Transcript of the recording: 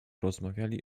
rozmawiali